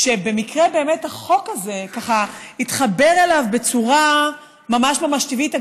במקרה החוק הזה התחבר אליו בצורה ממש ממש טבעית.